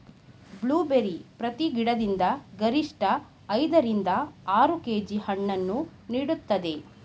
blueberry ಪ್ರತಿ ಗಿಡದಿಂದ ಗರಿಷ್ಠ ಐದ ರಿಂದ ಆರು ಕೆ.ಜಿ ಹಣ್ಣನ್ನು ನೀಡುತ್ತದೆ